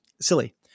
silly